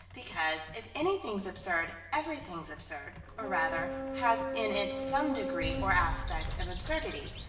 because, if anything's absurd everything's absurd, or, rather, has in it some degree or aspect of absurdity,